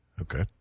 Okay